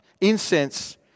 incense